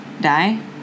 Die